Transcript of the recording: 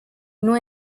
nur